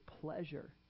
pleasure